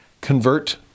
Convert